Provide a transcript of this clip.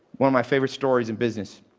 one of my favorite stories in business,